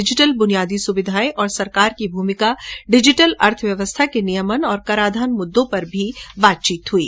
digital बुनियादी सुविधाएं और सरकार की भूमिका डिजिटल अर्थव्यवस्था के नियमन और कराधान मुद्दों पर भी चर्चा की गई